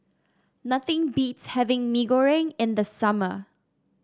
nothing beats having Mee Goreng in the summer